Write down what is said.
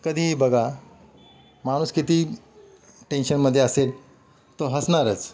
कधीही बघा माणूस किती टेन्शनमध्ये असेल तो हसणारच